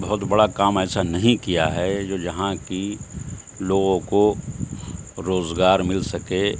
بہت بڑا کام ایسا نہیں کیا ہے جو یہاں کی لوگوں کو روزگار مل سکے